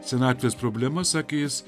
senatvės problema sakė jis